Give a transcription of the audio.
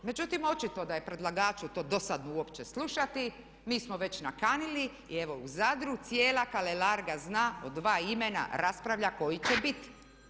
Međutim, očito da je predlagaču to dosadno uopće slušati, mi smo već nakanili i evo u Zadru cijela Kalelarga zna od dva imena raspravlja koji će biti.